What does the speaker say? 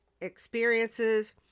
experiences